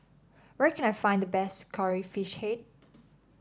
where can I find the best Curry Fish Head